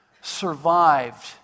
survived